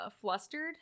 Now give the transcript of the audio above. flustered